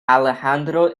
alejandro